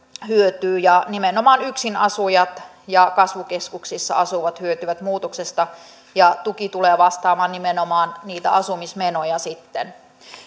hyötyy nimenomaan yksinasujat ja kasvukeskuksissa asuvat hyötyvät muutoksesta ja tuki tulee vastaamaan nimenomaan niitä asumismenoja sitten